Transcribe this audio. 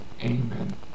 Amen